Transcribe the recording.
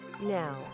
Now